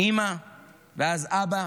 אימא ואז אבא